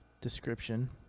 description